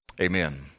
Amen